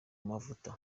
mavuta